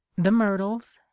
the myrtles,